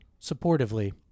supportively